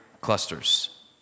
clusters